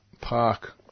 park